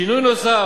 שינוי נוסף,